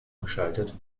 geschaltet